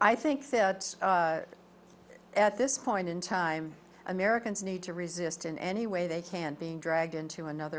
i think that at this point in time americans need to resist in any way they can being dragged into another